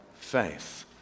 faith